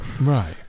Right